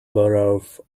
borough